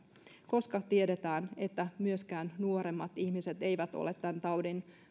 koska tiedetään että myöskään nuoremmat ihmiset eivät ole tämän taudin